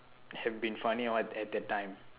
have been funny [what] at that time